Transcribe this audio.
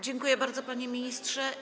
Dziękuję bardzo, panie ministrze.